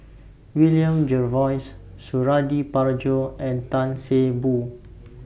William Jervois Suradi Parjo and Tan See Boo